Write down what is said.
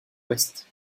ouest